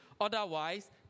Otherwise